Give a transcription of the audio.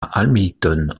hamilton